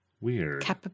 Weird